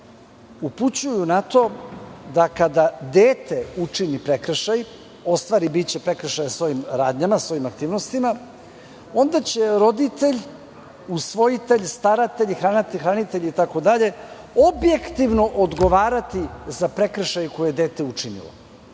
upućuju na to da kada dete učini prekršaj, ostvari prekršaj svojim radnjama i svojim aktivnostima, onda će roditelj, usvojitelj, staratelj ili hranitelj objektivno odgovarati za prekršaj koji je dete učinilo.